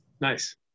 Nice